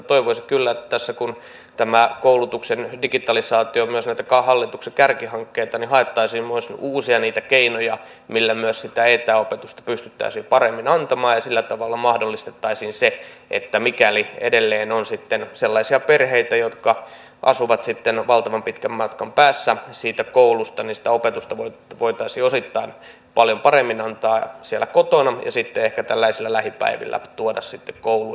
toivoisin kyllä että kun tämä koulutuksen digitalisaatio on myös näitä hallituksen kärkihankkeita niin haettaisiin myös uusia keinoja millä myös sitä etäopetusta pystyttäisiin paremmin antamaan ja sillä tavalla mahdollistettaisiin se että mikäli edelleen on sellaisia perheitä jotka asuvat valtavan pitkän matkan päässä koulusta niin sitä opetusta voitaisiin osittain paljon paremmin antaa siellä kotona ja sitten ehkä tällaisilla lähipäivillä tuoda kouluun